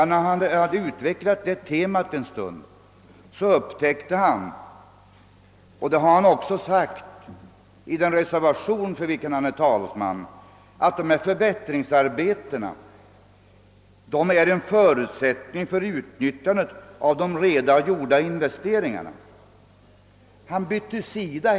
Men när herr Eskilsson utvecklat det temat en stund upptäckte han att dessa förbättringsarbeten — något som för övrigt framhållits i den reservation för vilken herr Eskilsson är talesman — är en förutsättning för att de redan gjorda investeringarna skall kunna utnyttjas.